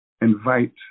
invite